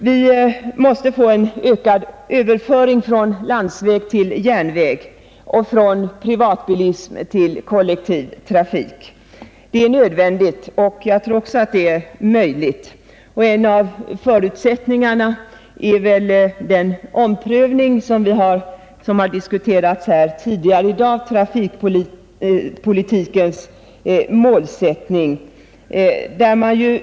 Vi måste få en ökad överföring från landsväg till järnväg, från privatbilism till kollektivtrafik. Det är nödvändigt, och jag tror också att det är möjligt. En av förutsättningarna är den omprövning av trafikpolitikens målsättning som har diskuterats tidigare i dag.